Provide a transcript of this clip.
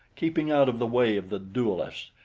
keeping out of the way of the duelists,